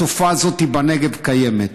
התופעה הזאת בנגב קיימת.